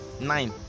nine